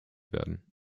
werden